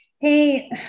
hey